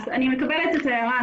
אני מקבלת את ההערה.